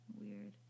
Weird